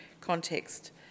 context